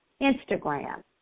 Instagram